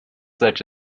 such